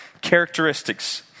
characteristics